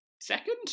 Second